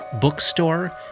bookstore